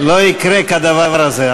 כן, אתה צודק, אדוני השר, לא יקרה כדבר הזה.